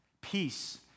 peace